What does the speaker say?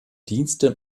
dienste